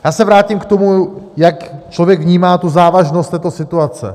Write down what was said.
Já se vrátím k tomu, jak člověk vnímá závažnost této situace.